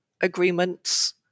agreements